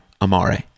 Amare